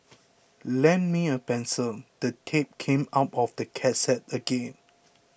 lend me a pencil the tape came out of the cassette again